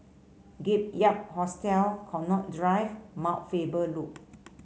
Gap Year Hostel Connaught Drive Mount Faber Loop